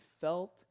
felt